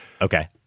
okay